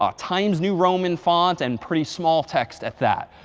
ah times new roman font, and pretty small text at that.